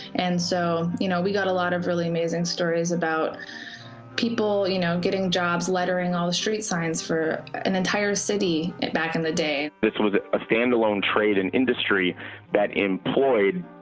and so you know, we got a lot of really amazing stories about people you know getting jobs lettering all of the street signs for an entire city back in the day this was a standalone trade in industry that employed